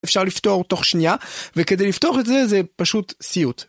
אפשר לפתור תוך שנייה, וכדי לפתוח את זה, זה פשוט סיוט.